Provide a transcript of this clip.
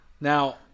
Now